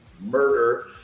murder